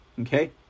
Okay